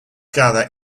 gather